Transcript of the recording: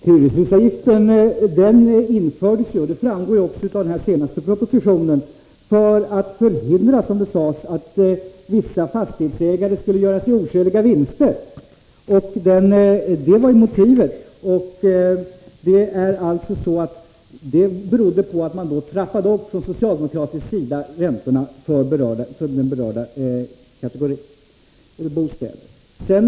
Herr talman! Hyreshusavgiften infördes — det framgår också av den senaste propositionen — för att förhindra att vissa fastighetsägare skulle göra sig oskäliga vinster. Det var motivet. Grunden för det var att man från socialdemokratisk sida trappade upp räntorna för den berörda kategorien bostäder.